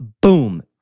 boom